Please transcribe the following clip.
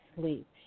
sleep